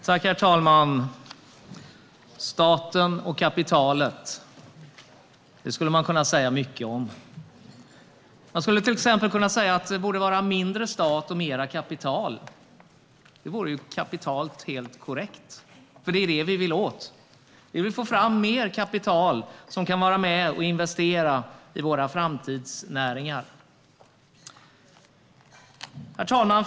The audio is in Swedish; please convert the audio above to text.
Herr talman! Staten och kapitalet - det skulle man kunna säga mycket om. Man skulle till exempel kunna säga att det borde vara mindre stat och mer kapital. Det vore helt och kapitalt korrekt, för det är det vi vill åt. Vi vill få fram mer kapital som kan vara med och investera i våra framtidsnäringar. Herr talman!